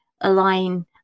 align